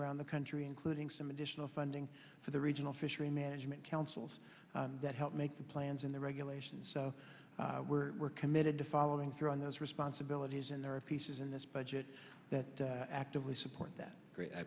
around the country including some additional funding for the regional fishery management counsels that help make the plans in the regulations so we're we're committed to following through on those responsibilities and there are pieces in this budget that actively support that